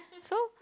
so